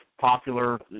popular